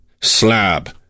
Slab